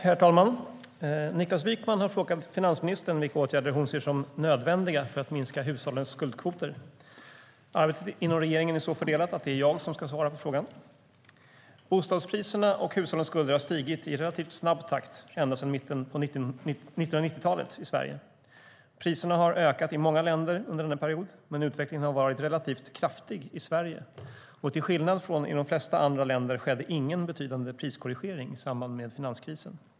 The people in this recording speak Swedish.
Herr talman! Niklas Wykman har frågat finansministern vilka åtgärder hon ser som nödvändiga för att minska hushållens skuldkvoter. Arbetet inom regeringen är så fördelat att det är jag som ska svara på frågan. Bostadspriserna och hushållens skulder har stigit i relativt snabb takt i Sverige ända sedan mitten av 1990-talet. Priserna har ökat i många länder under denna period, men utvecklingen har varit relativt kraftig i Sverige. Och till skillnad från i de flesta andra länder skedde ingen betydande priskorrigering i samband med finanskrisen.